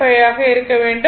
95 ஆக இருக்க வேண்டும்